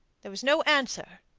there was no answer.